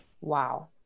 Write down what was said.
Wow